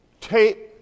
tape